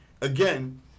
again